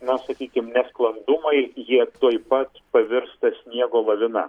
na sakykim nesklandumai jie tuoj pat pavirsta sniego lavina